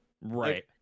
Right